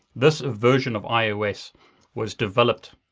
this version of ios was developed